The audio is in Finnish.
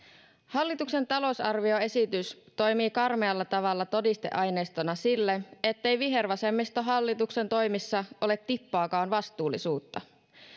hallituksen talousarvioesitys toimii karmealla tavalla todisteaineistona sille ettei vihervasemmistohallituksen toimissa ole tippaakaan vastuullisuutta